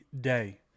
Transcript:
day